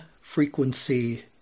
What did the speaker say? frequency